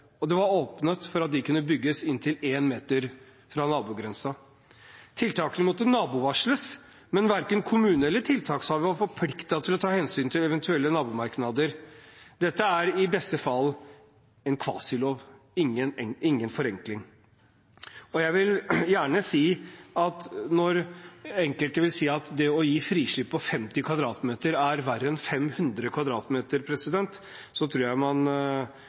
og det var åpnet for at de kunne bygges inntil 1 meter fra nabogrensen. Tiltakene måtte nabovarsles, men verken kommunen eller tiltakshaver var forpliktet til å ta hensyn til eventuelle nabomerknader. Dette er i beste fall en kvasilov – ingen forenkling. Og jeg vil gjerne si at når enkelte vil si at det å gi frislipp på 50 m2 er verre enn 500 m2, tror jeg man